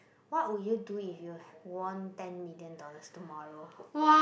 what would you do if you won ten million dollars tomorrow